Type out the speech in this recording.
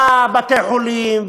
בבתי-חולים,